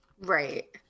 Right